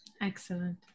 Excellent